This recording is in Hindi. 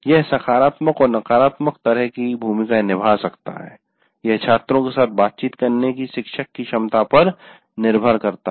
यह सकारात्मक और नकारात्मक दोनों तरह की भूमिकाएं निभा सकता है यह छात्रों के साथ बातचीत करने की शिक्षक की क्षमता पर निर्भर करता है